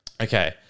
Okay